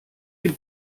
die